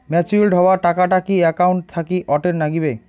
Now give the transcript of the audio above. Matured হওয়া টাকাটা কি একাউন্ট থাকি অটের নাগিবে?